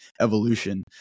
evolution